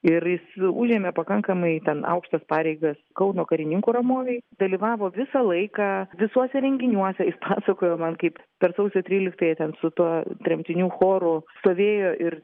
ir jis užėmė pakankamai ten aukštas pareigas kauno karininkų ramovėj dalyvavo visą laiką visuose renginiuose jis pasakojo man kaip per sausio tryliktąją ten su tuo tremtinių choru stovėjo ir